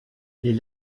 les